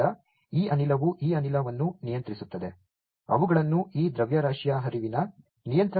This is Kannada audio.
ಆದ್ದರಿಂದ ಈ ಅನಿಲವು ಈ ಅನಿಲವನ್ನು ನಿಯಂತ್ರಿಸುತ್ತದೆ ಅವುಗಳನ್ನು ಈ ದ್ರವ್ಯರಾಶಿಯ ಹರಿವಿನ ನಿಯಂತ್ರಕದಿಂದ ನಿಯಂತ್ರಿಸಲಾಗುತ್ತದೆ